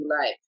life